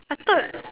I thought